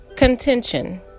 contention